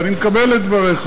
ואני מקבל את דבריך.